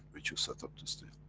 which you set up to steal.